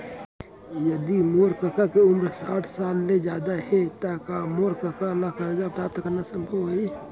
यदि मोर कका के उमर साठ साल ले जादा हे त का मोर कका ला कर्जा प्राप्त करना संभव होही